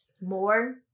more